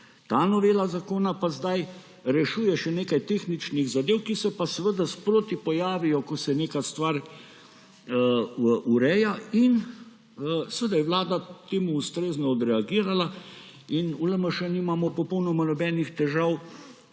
Ta novela zakona pa sedaj rešuje še nekaj tehničnih zadev, ki se pa seveda sproti pojavijo, ko se neka stvar ureja. In seveda je vlada temu ustrezno odreagirala in v LMŠ nimamo popolnoma nobenih težav